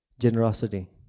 generosity